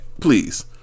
Please